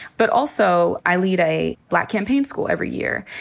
but also i lead a black campaign school every year.